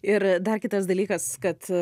ir dar kitas dalykas kad